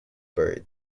buried